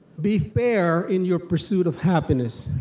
be fair in your pursuit of happiness,